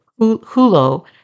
hulo